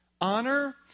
Honor